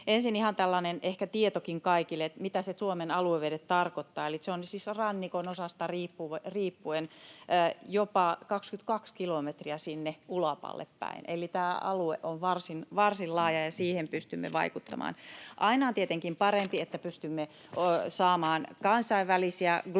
ehkä tietokin kaikille, mitä Suomen aluevedet tarkoittavat, eli se on siis rannikon osasta riippuen jopa 22 kilometriä sinne ulapalle päin. Tämä alue on varsin laaja, ja siihen pystymme vaikuttamaan. Aina on tietenkin parempi, että pystymme saamaan kansainvälisiä, globaaleja